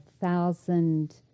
thousand